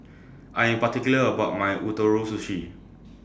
I Am particular about My Ootoro Sushi